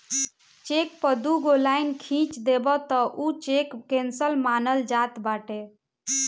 check पअ दुगो line खिंच देबअ तअ उ चेक केंसल मानल जात बाटे